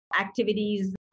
activities